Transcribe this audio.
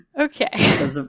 okay